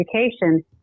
education